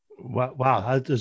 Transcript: Wow